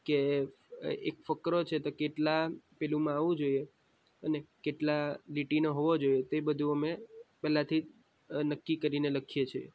કે એક ફકરો છે તો કેટલા પેલું માવું જોઈએ અને કેટલા લીટીનો હોવો જોઈએ તે બધું અમે પહેલાથી નક્કી કરીને લખીએ છીએ